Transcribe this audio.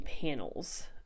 panels